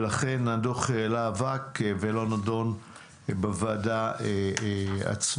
ולכן הדוח העלה אבק ולא נדון בוועדה עצמה.